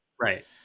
Right